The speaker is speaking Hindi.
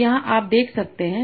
तो यहाँ आप क्या देख रहे हैं